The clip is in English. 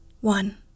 one